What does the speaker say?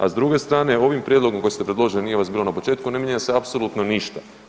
A s druge strane, ovim prijedlogom koji ste predložili, nije vas bilo na početku, ne mijenja se apsolutno ništa.